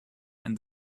and